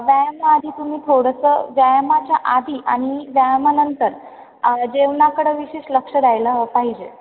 व्यायामाआधी तुम्ही थोडंसं व्यायामाच्या आधी आणि व्यायामानंतर जेवणाकडं विशेष लक्ष द्यायला पाहिजे